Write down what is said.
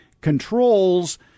controls